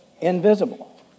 Invisible